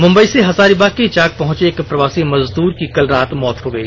मुम्बई से हजारीबाग के ईचाक पहुंचे एक प्रवासी मजदुर की कल रात मौत हो गई